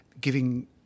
giving